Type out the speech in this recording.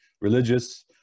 religious